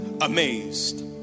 amazed